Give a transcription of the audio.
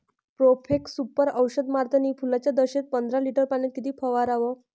Profex Super औषध मारतानी फुलाच्या दशेत पंदरा लिटर पाण्यात किती फवाराव?